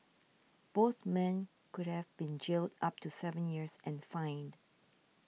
both men could have been jailed up to seven years and fined